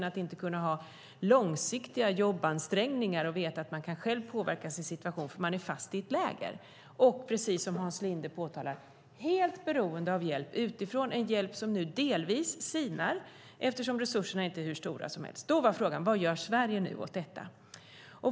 De kan inte planera långsiktiga jobbansträngningar och veta att de själva kan påverka sin situation eftersom de är fast i ett läger. Precis som Hans Linde påtalar är de helt beroende av hjälp utifrån. Det är en hjälp som delvis sinar eftersom resurserna inte är hur stora som helst. Vad gör Sverige nu åt detta?